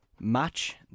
match